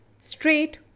straight